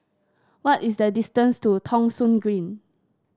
what is the distance to Thong Soon Green